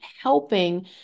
helping